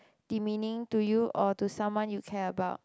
demeaning to you or to someone you care about